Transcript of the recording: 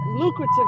lucrative